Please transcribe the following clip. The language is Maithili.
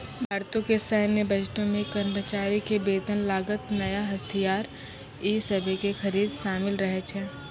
भारतो के सैन्य बजटो मे कर्मचारी के वेतन, लागत, नया हथियार इ सभे के खरीद शामिल रहै छै